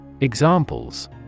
Examples